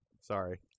sorry